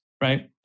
right